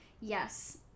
yes